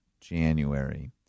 January